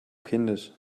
kindisch